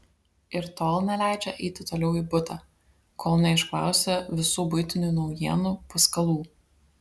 ir tol neleidžia eiti toliau į butą kol neišklausia visų buitinių naujienų paskalų